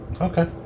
Okay